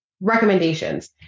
recommendations